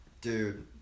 Dude